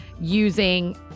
using